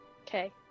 Okay